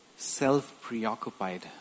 self-preoccupied